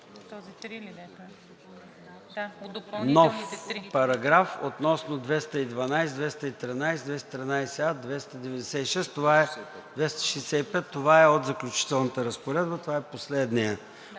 Нов параграф относно членове 212, 213, 213а, 296. 265 е от Заключителната разпоредба. Това е последният